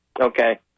Okay